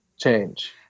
change